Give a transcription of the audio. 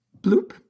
Bloop